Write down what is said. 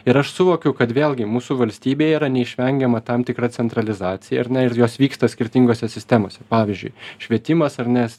ir aš suvokiu kad vėlgi mūsų valstybėj yra neišvengiama tam tikra centralizacija ar ne ir jos vyksta skirtingose sistemose pavyzdžiui švietimas ar nes